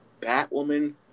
Batwoman